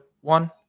one